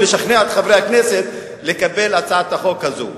לשכנע את חברי הכנסת לקבל את הצעת החוק הזאת.